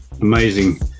amazing